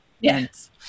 Yes